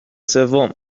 سوم